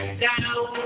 down